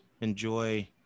enjoy